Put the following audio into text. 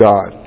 God